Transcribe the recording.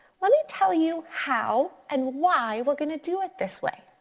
let me tell you how and why we're gonna do it this way.